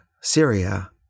Syria